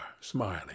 smiling